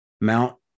Mount